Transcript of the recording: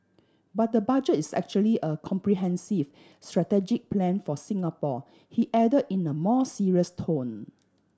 but the Budget is actually a comprehensive strategic plan for Singapore he add in a more serious tone